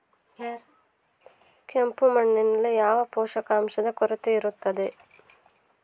ಕೆಂಪು ಮಣ್ಣಿನಲ್ಲಿ ಯಾವ ಪೋಷಕಾಂಶದ ಕೊರತೆ ಇರುತ್ತದೆ?